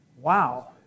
wow